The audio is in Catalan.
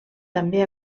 també